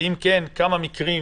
ואם כן, כמה מקרים